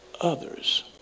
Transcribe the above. others